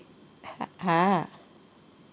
ha